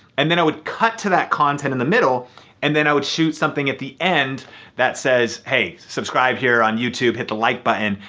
and then i would cut to that content in the middle and then i would shoot something at the end that says, hey, subscribe here on youtube. hit the like button.